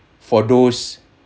for those